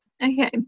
okay